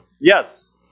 Yes